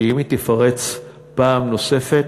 כי אם היא תיפרץ פעם נוספת,